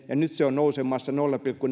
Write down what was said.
ja nyt se on nousemassa nolla pilkku